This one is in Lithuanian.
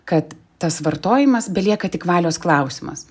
kad tas vartojimas belieka tik valios klausimas